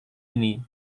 ini